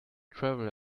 traveller